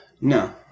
No